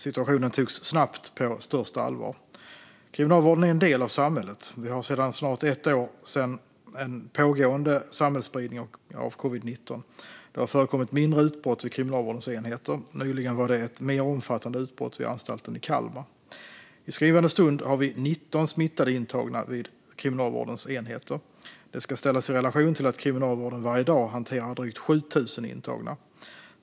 Situationen togs snabbt på största allvar. Kriminalvården är en del av samhället. Vi har sedan snart ett år en pågående samhällsspridning av covid-19. Det har förekommit mindre utbrott vid Kriminalvårdens enheter. Nyligen var det ett mer omfattande utbrott vid Anstalten Kalmar. I skrivande stund har vi 19 smittade intagna vid Kriminalvårdens enheter. Det ska ställas i relation till att Kriminalvården varje dag hanterar drygt 7 000 intagna.